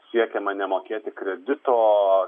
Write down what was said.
siekiama nemokėti kredito